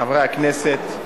חברי הכנסת,